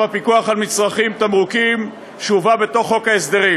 הפיקוח על מצרכים (תמרוקים) שהובא בתוך חוק ההסדרים,